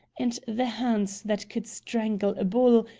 and the hands that could strangle a bull,